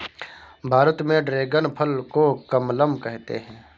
भारत में ड्रेगन फल को कमलम कहते है